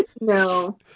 no